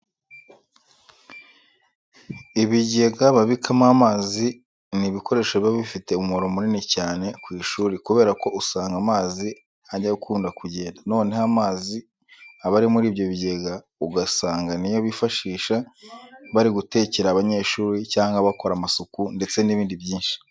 Ibigega babikamo amazi ni ibikoresho biba bifite umumaro munini cyane ku ishuri kubera ko usanga amazi ajya akunda kugenda, noneho amazi aba ari muri ibyo bigega ugasanga ni yo bifashisha bari gutekera abanyeshuri cyangwa bakora amasuku ndetse n'ibindi byinshi.